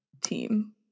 team